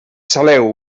saleu